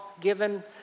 given